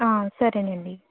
సరేనండి